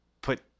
put